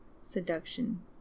seduction